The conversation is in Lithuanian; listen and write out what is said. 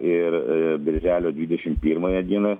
ir birželio dvidešim pirmąją dieną